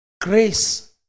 Grace